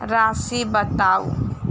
राशि बताउ